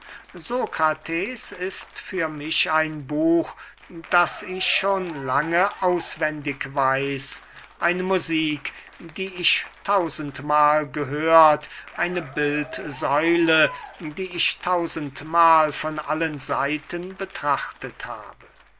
sokrates ist für mich ein buch das ich schon lange auswendig weiß eine musik die ich tausendmahl gehört eine bildsäule die ich tausendmahl von allen seiten betrachtet habe